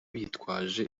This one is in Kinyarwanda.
bitwaje